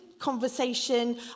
conversation